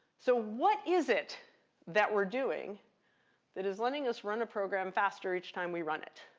so what is it that we're doing that is letting us run a program faster each time we run it?